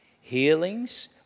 Healings